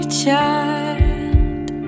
child